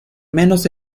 menos